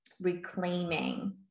reclaiming